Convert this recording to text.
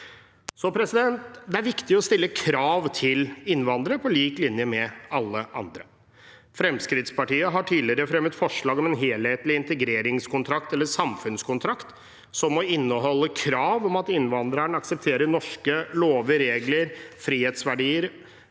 på skolen. Det er viktig å stille krav til innvandrere på lik linje med alle andre. Fremskrittspartiet har tidligere fremmet forslag om en helhetlig integreringskontrakt, eller samfunnskontrakt, som må inneholde krav om at innvandreren aksepterer norske lover, regler